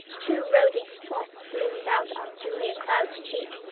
two rosy spots bloomed out on julia cloud's cheeks,